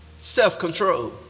self-control